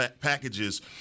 packages